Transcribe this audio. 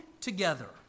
together